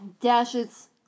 Dashes